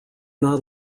not